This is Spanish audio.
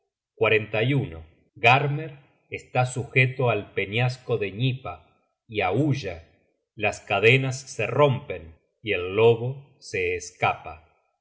trague á odin garm está sujeto al peñasco de gnipa y aulla las cadenas se rompen y el lobo se escapa